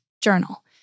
journal